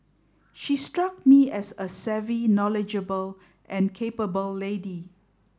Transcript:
she struck me as a savvy knowledgeable and capable lady